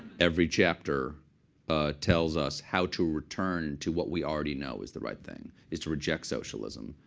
every chapter ah tells us how to return to what we already know is the right thing, is to reject socialism,